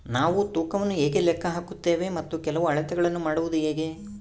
ನಾವು ತೂಕವನ್ನು ಹೇಗೆ ಲೆಕ್ಕ ಹಾಕುತ್ತೇವೆ ಮತ್ತು ಕೆಲವು ಅಳತೆಗಳನ್ನು ಮಾಡುವುದು ಹೇಗೆ?